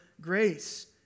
grace